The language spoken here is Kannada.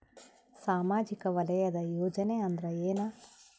ಸಾಮಾಜಿಕ ವಲಯದ ಯೋಜನೆ ಅಂದ್ರ ಏನ?